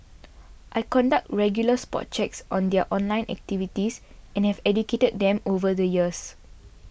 I conduct regular spot checks on their online activities and have educated them over the years